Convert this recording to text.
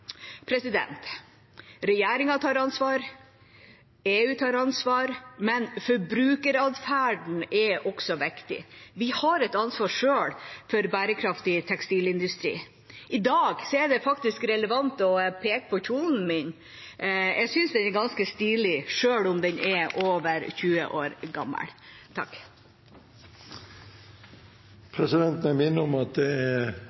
Regjeringa tar ansvar, EU tar ansvar, men forbrukeratferden er også viktig. Vi har et ansvar selv for bærekraftig tekstilindustri. I dag er det faktisk relevant å peke på kjolen min. Jeg synes den er ganske stilig, selv om den er over 20 år gammel. Det er på høy tid at